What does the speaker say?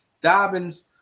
Dobbins